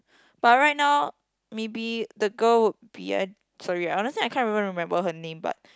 but right now maybe the girl would be I sorry honestly I can't really remember her name but